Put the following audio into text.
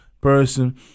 person